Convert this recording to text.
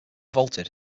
vaulted